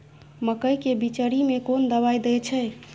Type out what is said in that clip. मकई के बिचरी में कोन दवाई दे छै?